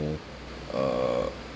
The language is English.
uh